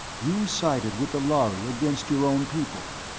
you sided with the lhari against your own people.